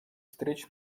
встреч